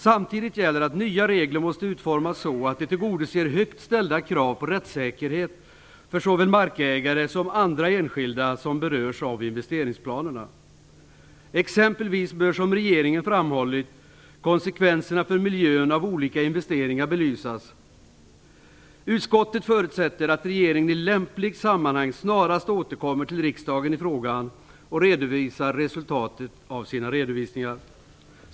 Samtidigt gäller att nya regler måste utformas så att de tillgodoser högt ställda krav på rättssäkerhet för såväl markägare som andra enskilda som berörs av investeringsplanerna. Exempelvis bör, som regeringen framhållit, konsekvenserna för miljön av olika investeringar belysas. Utskottet förutsätter att regeringen i lämpligt sammanhang snarast återkommer till riksdagen i frågan och redovisar resultatet av sina redovisningar".